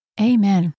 Amen